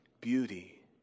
beauty